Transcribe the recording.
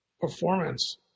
performance